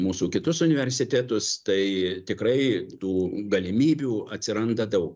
mūsų kitus universitetus tai tikrai tų galimybių atsiranda daug